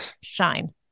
shine